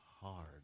hard